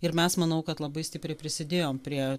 ir mes manau kad labai stipriai prisidėjom prie